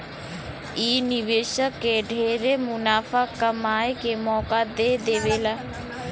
इ निवेशक के ढेरे मुनाफा कमाए के मौका दे देवेला